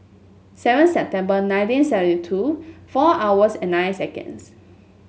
seventh September nineteen seventy two four hours and nine seconds